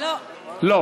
לא.